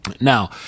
Now